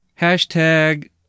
Hashtag